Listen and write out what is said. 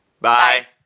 Bye